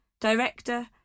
Director